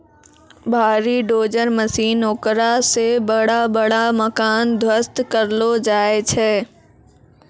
भारी dozer machine हेकरा से बड़ा बड़ा मकान ध्वस्त करलो जाय छै